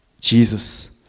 Jesus